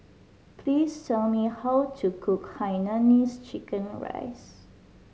please tell me how to cook hainanese chicken rice